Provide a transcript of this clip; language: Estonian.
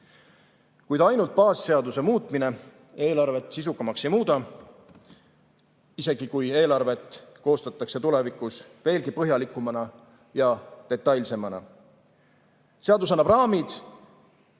ainult baasseaduse muutmine eelarvet sisukamaks ei muuda, isegi kui eelarvet koostatakse tulevikus veelgi põhjalikumana ja detailsemana. Seadus annab raamid,